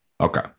Okay